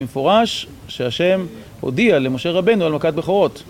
מפורש שהשם הודיע למשה רבנו על מכת בכורות